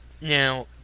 Now